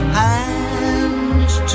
hands